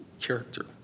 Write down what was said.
character